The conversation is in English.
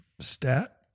stat